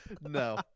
No